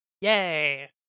Yay